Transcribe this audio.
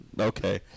Okay